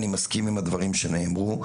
אני מסכים עם הדברים שנאמרו.